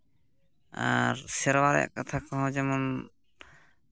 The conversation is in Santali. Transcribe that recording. ᱟᱨ ᱥᱮᱨᱣᱟ ᱨᱮᱭᱟᱜ ᱠᱟᱛᱷᱟ ᱠᱚᱦᱚᱸ ᱡᱮᱢᱚᱱ